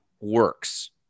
works